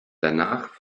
danach